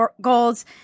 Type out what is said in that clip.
goals